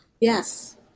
Yes